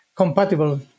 compatible